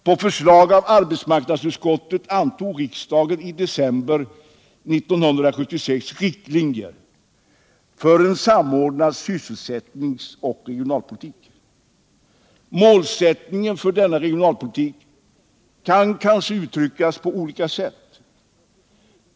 På förslag av arbetsmarknadsutskottet antog riksdagen i december 1976 riktlinjer för en samordnad sysselsättningsoch regionalpolitik. Målsättningen för denna regionalpolitik kan kanske uttryckas på olika sätt.